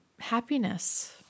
Happiness